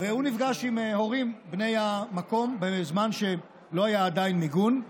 והוא נפגש עם הורים בני המקום בזמן שלא היה עדיין מיגון.